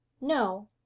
No